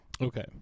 Okay